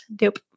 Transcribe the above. Nope